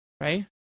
right